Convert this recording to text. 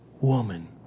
woman